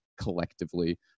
collectively